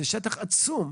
זה שטח עצום.